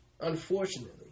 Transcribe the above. Unfortunately